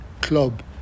club